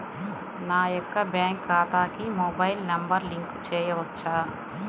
నా యొక్క బ్యాంక్ ఖాతాకి మొబైల్ నంబర్ లింక్ చేయవచ్చా?